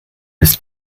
ist